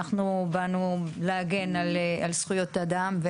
באנו להגן על זכויות האדם,